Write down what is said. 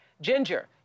Ginger